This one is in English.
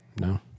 No